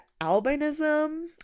albinism